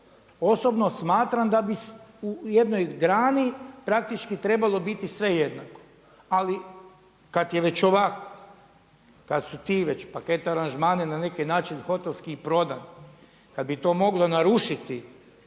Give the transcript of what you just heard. osobno smatram da bi u jednoj grani praktički trebalo biti sve jednako ali kada je već ovako, kada su ti već paketi aranžmana na neki način hotelski i prodan, kada bi to moglo narušiti